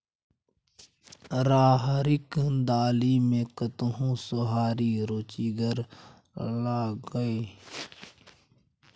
राहरिक दालि मे कतहु सोहारी रुचिगर लागय?